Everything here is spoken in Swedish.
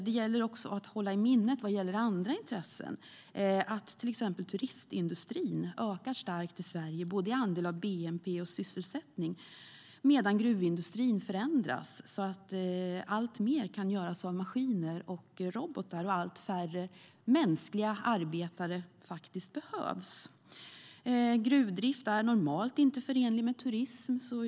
Det gäller också att hålla i minnet vad gäller andra intressen att till exempel turistindustrin ökar starkt i Sverige i andel av både bnp och sysselsättning medan gruvindustrin förändras så att alltmer kan göras av maskiner och robotar och allt färre mänskliga arbetare behövs. Gruvdrift är normalt inte förenligt med turism.